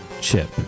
chip